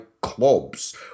clubs